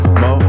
mo